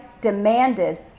demanded